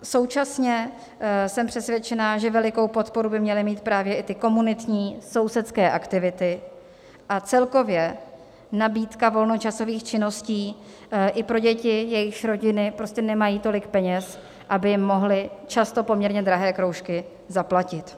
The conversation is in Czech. Současně jsem přesvědčena, že velikou podporu by měly mít i komunitní sousedské aktivity a celkově nabídka volnočasových činností i pro děti, jejichž rodiny prostě nemají tolik peněz, aby jim mohly často poměrně drahé kroužky zaplatit.